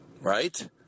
Right